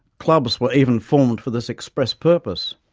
clubs were even formed for this express purpose.